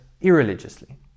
irreligiously